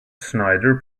schneider